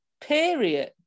Period